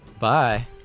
Bye